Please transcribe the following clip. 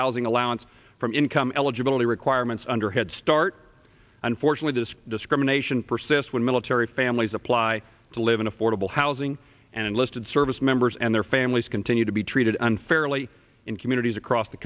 housing allowance from income eligibility requirements under head start unfortunately this discrimination persist when military families apply to live in affordable housing and enlisted service members and their families continue to be treated unfairly in communities across the